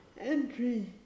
entry